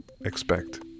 expect